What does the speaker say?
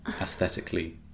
aesthetically